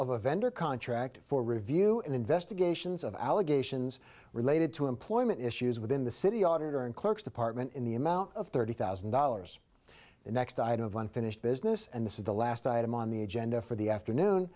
of a vendor contract for review and investigations of allegations related to employment issues within the city auditor and clerks department in the amount of thirty thousand dollars the next item of unfinished business and this is the last item on the agenda for the afternoon